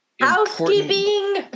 housekeeping